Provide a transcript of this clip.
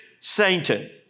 Satan